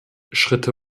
schritte